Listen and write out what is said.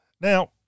Now